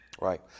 Right